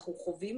אנחנו חווים,